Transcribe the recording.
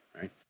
right